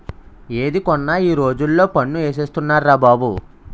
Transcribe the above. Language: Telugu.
ఏది కొన్నా ఈ రోజుల్లో పన్ను ఏసేస్తున్నార్రా బాబు